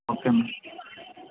okay ma'am